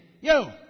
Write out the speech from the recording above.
Yo